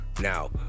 Now